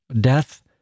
Death